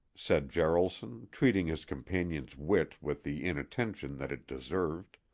said jaralson, treating his companion's wit with the inattention that it deserved.